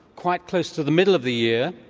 quite close to the middle of the year,